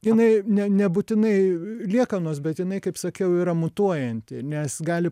jinai nebūtinai liekanos bet jinai kaip sakiau yra mutuojanti nes gali